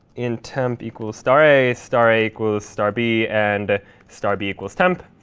in temp equals star a, star a equals star b, and star b equals temp.